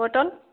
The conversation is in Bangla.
পটল